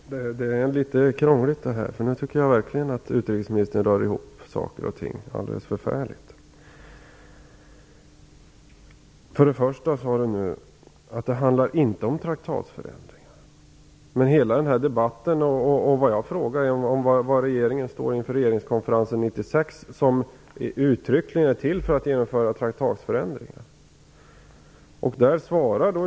Fru talman! Det är litet krångligt, det här. Nu tycker jag verkligen att utrikesministern rör ihop saker och ting alldeles förfärligt. Hon sade att det inte handlar om traktatsförändringar. Men jag frågade var regeringen står inför regeringskonferensen 1996, som uttryckligen är till för att genomföra traktatsförändringar.